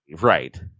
Right